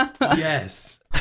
yes